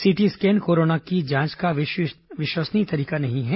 city scan corona की जांच का विश्वसनीय तरीका नहीं है